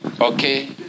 Okay